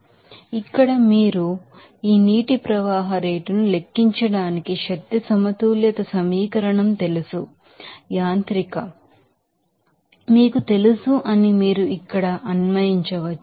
కాబట్టి ఇక్కడ ఈ వాటర్ ఫ్లో రేట్ ను లెక్కించడానికి మెకానికల్ ఎనర్జీ బాలన్స్ ఈక్వేషన్ తెలుసు అని మీరు ఇక్కడ అన్వయించవచ్చు